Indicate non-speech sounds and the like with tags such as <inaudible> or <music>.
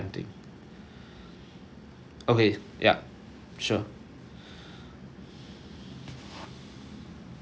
okay yup sure <breath>